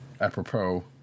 apropos